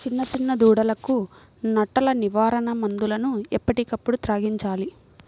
చిన్న చిన్న దూడలకు నట్టల నివారణ మందులను ఎప్పటికప్పుడు త్రాగించాలి